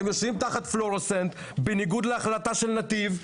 אתם יושבים תחת פלורוסנט בניגוד בהמלצת נתיב.